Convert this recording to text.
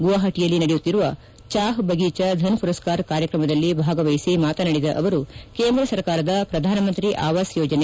ಗುವಾಷಟಿಯಲ್ಲಿ ನಡೆಯುತ್ತಿರುವ ಚಾಪ್ ಬಗೇಚಾ ಧನ್ ಪುರಸ್ನಾರ್ ಕಾರ್ಯಕ್ರಮದಲ್ಲಿ ಭಾಗವಹಿಸಿ ಮಾತನಾಡಿದ ಆವರು ಕೇಂದ್ರ ಸರ್ಕಾರದ ಪ್ರಧಾನ ಮಂತ್ರಿ ಆವಾಸ್ ಯೋಜನೆ